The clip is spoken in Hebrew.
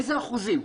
איזה אחוזים?